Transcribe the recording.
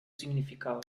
significado